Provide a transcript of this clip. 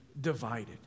divided